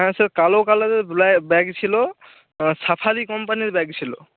হ্যাঁ স্যার কালো কালারের ব্যাগ ছিল সাফারি কোম্পানির ব্যাগ ছিল